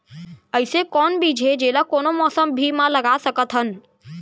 अइसे कौन बीज हे, जेला कोनो मौसम भी मा लगा सकत हन?